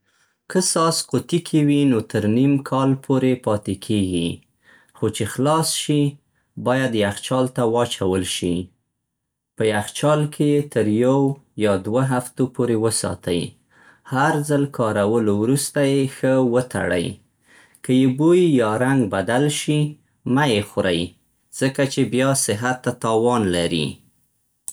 که ساس قطي کې وي، نو تر نیم کال پورې پاتې کېږي. خو چې خلاص شي، باید یخچال ته واچول شي. په یخچال کې یې تر یو یا دوه هفتو پورې وساتئ. هر ځل کارولو وروسته یې ښه وتړئ. که يې بوی یا رنګ بدل شي، مه یې خورئ ځکه چې بيا صحت ته تاوان لري.